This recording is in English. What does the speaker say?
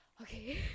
Okay